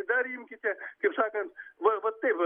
dar imkite kaip sakant va vat taip va